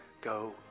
go